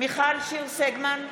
מיכל שיר סגמן,